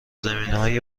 زمینهای